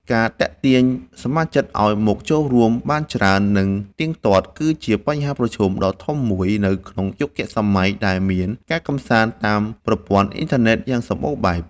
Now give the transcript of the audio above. ការទាក់ទាញសមាជិកឱ្យមកចូលរួមបានច្រើន និងទៀងទាត់ គឺជាបញ្ហាប្រឈមដ៏ធំមួយ នៅក្នុងយុគសម័យដែលមានការកម្សាន្តតាមប្រព័ន្ធអុីនធឺណិតយ៉ាងសម្បូរបែប។